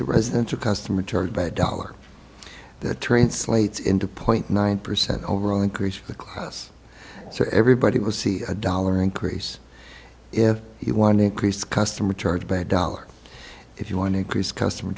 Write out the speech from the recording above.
the residential customer charge by a dollar that translates into point nine percent overall increase the class so everybody will see a dollar increase if he wanted crease customer charge by a dollar if you want to increase customer